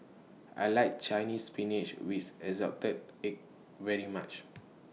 I like Chinese Spinach with Assorted Eggs very much